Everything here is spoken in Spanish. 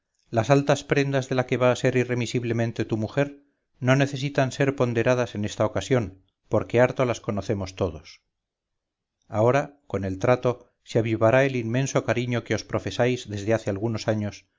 las altas prendas de la que va a ser irremisiblemente tu mujer no necesitan ser ponderadas en esta ocasión porque harto las conocemos todos ahora con el trato se avivará el inmenso cariño que os profesáis desde hace algunos años